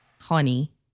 honey